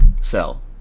sell